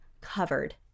covered